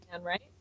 right